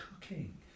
cooking